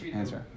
answer